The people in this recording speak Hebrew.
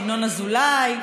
ינון אזולאי,